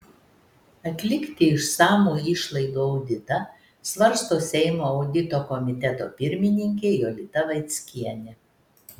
atlikti išsamų išlaidų auditą svarsto seimo audito komiteto pirmininkė jolita vaickienė